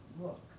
look